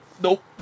nope